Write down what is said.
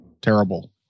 Terrible